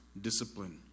discipline